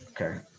okay